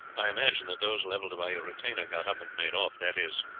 i imagine that those levelled by your retainer got up and made off that is,